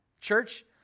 Church